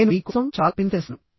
నేను మీ కోసం చాలా పిన్స్ తెస్తాను